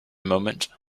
moment